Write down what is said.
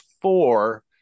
four